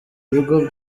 bigo